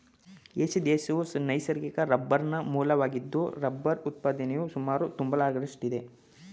Asia ದೇಶವು ನೈಸರ್ಗಿಕ ರಬ್ಬರ್ನ ಮೂಲವಾಗಿದ್ದು ರಬ್ಬರ್ ಉತ್ಪಾದನೆಯು ಸುಮಾರು ತೊಂಬತ್ನಾಲ್ಕರಷ್ಟಿದೆ